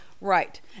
Right